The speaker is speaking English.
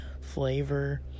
flavor